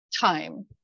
time